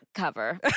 Cover